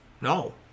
No